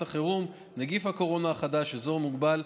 חירום (נגיף הקורונה החדש) (אזור מוגבל),